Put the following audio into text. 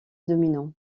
dominant